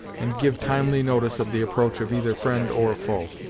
and give timely notice of the approach of either friend or foe.